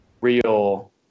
real